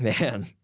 Man